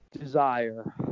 desire